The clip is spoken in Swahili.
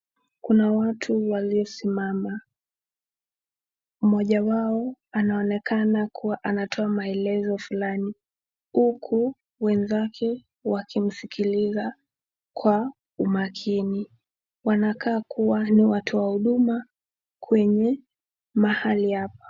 Kuna watu waliosimama, mmoja wao anaonekana kuwa anatoa maelezo fulani uku wenzake wakimsikiliza kwa umakini. Wanakaa kuwa ni watu wa huduma kwenye mahali hapa.